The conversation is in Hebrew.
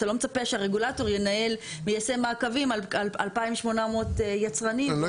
אתה לא מצפה שהרגולטור ינהל ויעשה מעקבים על 2,800 יצרנים.